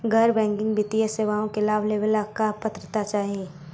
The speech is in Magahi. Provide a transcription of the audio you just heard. गैर बैंकिंग वित्तीय सेवाओं के लाभ लेवेला का पात्रता चाही?